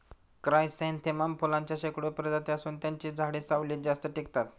chrysanthemum फुलांच्या शेकडो प्रजाती असून त्यांची झाडे सावलीत जास्त टिकतात